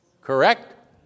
Correct